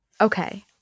Okay